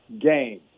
game